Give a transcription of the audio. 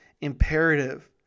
imperative